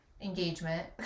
engagement